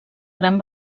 gran